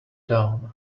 down